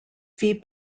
fee